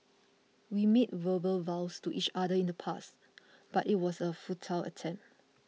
we made verbal vows to each other in the past but it was a futile attempt